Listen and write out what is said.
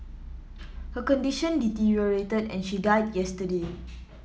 her condition deteriorated and she died yesterday